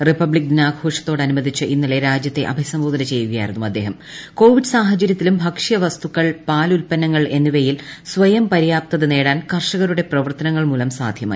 republic ദിനത്തോടനുബന്ധിച്ച് ഇന്നല്ലൂ രാജ്യത്തെ അഭിസംബോധന ചെയ്യുകയായിരുന്നു അദ്ദേഹം പൂർണ്കോവിഡ് സാഹചര്യത്തിലും ഭക്ഷ്യവസ്തുക്കൾ പാൽ ഉത്പൂന്ന്ങൾ എന്നിവയിൽ സ്വയം പര്യാപ്തത നേടാൻ കർഷകരുടെ പ്രവർത്തന്ങൾ മൂലം സാധ്യമായി